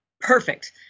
perfect